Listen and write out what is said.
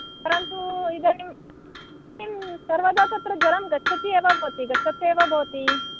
परन्तु इदानीं तस्मिन् सर्वदा तत्र जलं गच्छति एव भवति गच्छत् एव भवति